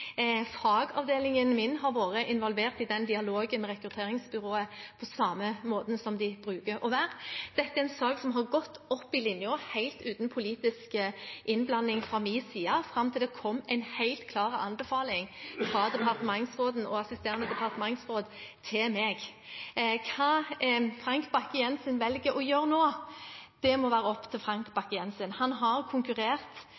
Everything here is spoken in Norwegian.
Fagavdelingen min har vært involvert i dialogen med rekrutteringsbyrået på samme måte som de bruker å være. Dette er en sak som har gått opp linjen, helt uten politisk innblanding fra min side, fram til det kom en helt klar anbefaling fra departementsråden og assisterende departementsråd til meg. Hva Frank Bakke-Jensen velger å gjøre nå, må være opp til